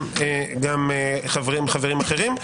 גם חברים אחרים.